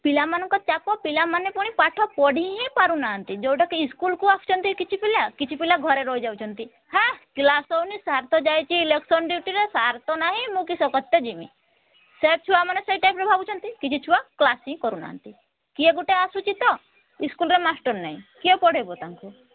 ପିଲାମାନଙ୍କ ଚାପ ପିଲାମାନେ ପୁଣି ପାଠ ପଢ଼ି ହିଁ ପାରୁନାହାନ୍ତି ଯେଉଁଟାକି ସ୍କୁଲକୁ ଆସୁଛନ୍ତି କିଛି ପିଲା କିଛି ପିଲା ଘରେ ରହିଯାଉଛନ୍ତି ହାଁ କ୍ଲାସ୍ ତ ହେଉନି ସାର୍ ତ ଯାଉଛି ଇଲେକ୍ସନ୍ ଡିୟୁଟିରେ ସାର୍ ତ ନାହିଁ ମୁଁ କିସ କରିତେ ଯିବି ସେ ଛୁଆମାନେ ସେଇ ଟାଇପର ଭାବୁଛନ୍ତି କିଛି ଛୁଆ କ୍ଲାସ୍ ହିଁ କରୁନାହାନ୍ତି କିଏ ଗୁଟେ ଆସୁଛି ତ ଇସ୍କୁଲରେ ମାଷ୍ଟର ନାହିଁ କିଏ ପଢ଼େଇବ ତାଙ୍କୁ